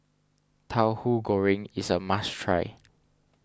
Tauhu Goreng is a must try